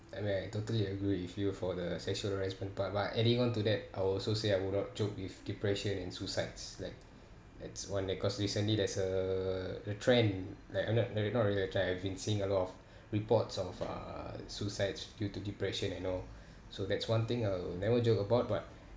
I totally agree with you for the sexual harassment part but adding on to that I would also say I would not joke with depression and suicides like that's one that cause recently there's uh the trend like not not really a trend I've been seeing a lot of reports of uh suicides due to depression and all so that's one thing I'll never joke about but